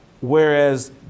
whereas